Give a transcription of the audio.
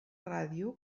ràdio